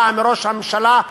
באה מראש הממשלה,